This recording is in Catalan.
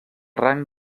rang